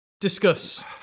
discuss